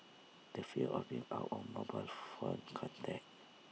the fear of being out of mobile phone contact